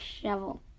shovel